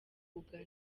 ugana